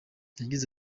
yagize